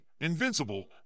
invincible